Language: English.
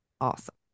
awesome